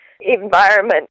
environment